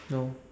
no